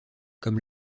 comme